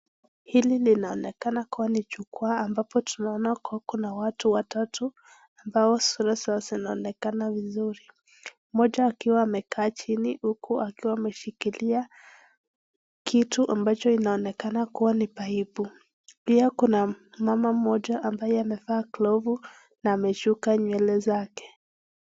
Hili linaonekana kuwa ni jukuwa ambapo tunaona kuna watu watatu ambao sura zao zinaonekana vizuri. Moja akiwa amekaa chini, huku mmoja akishikilia kitu ambacho inaonekana kuwa ni paipu. Pia kuna mama mmoja ambaye amevaa glovu, na ameshuka nywele zake.